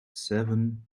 seven